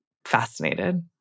Fascinated